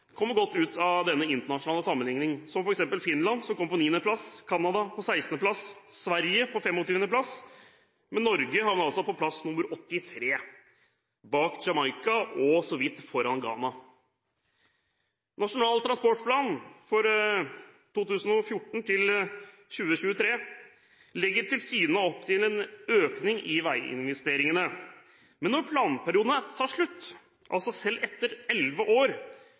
kommer godt ut av denne internasjonale sammenligningen – Finland på 9. plass, Canada på 16. plass og Sverige på 25. plass. Norge havner altså på plass nr. 83, bak Jamaica og så vidt foran Ghana. I Nasjonal transportplan for 2014–2023 legges det tilsynelatende opp til en økning i veiinvesteringene. Men når planperioden tar slutt, altså selv etter elleve år,